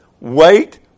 Wait